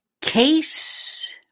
case